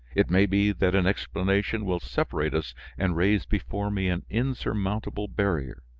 it may be that an explanation will separate us and raise before me an insurmountable barrier,